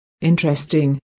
Interesting